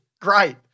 Great